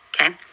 okay